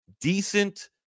decent